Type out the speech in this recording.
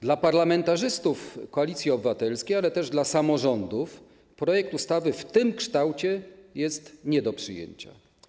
Dla parlamentarzystów Koalicji Obywatelskiej, ale też dla samorządów projekt ustawy w tym kształcie jest nie do przyjęcia.